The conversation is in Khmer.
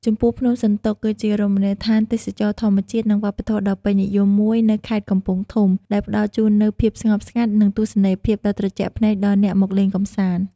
ចំពោះភ្នំសន្ទុក គឺជារមណីយដ្ឋានទេសចរណ៍ធម្មជាតិនិងវប្បធម៌ដ៏ពេញនិយមមួយនៅខេត្តកំពង់ធំ ដែលផ្តល់ជូននូវភាពស្ងប់ស្ងាត់និងទស្សនីយភាពដ៏ត្រជាក់ភ្នែកដល់អ្នកមកលេងកំសាន្ដ។